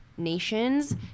Nations